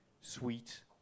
sweet